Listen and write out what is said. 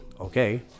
Okay